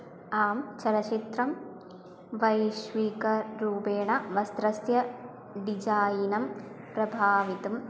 आं चलच्चित्रं वैश्विकरूपेण वस्त्रस्य डिजायिनं प्रभावितं